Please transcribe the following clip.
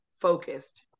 focused